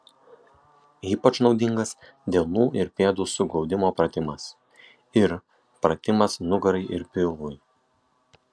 ypač naudingas delnų ir pėdų suglaudimo pratimas ir pratimas nugarai ir pilvui